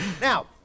Now